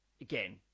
again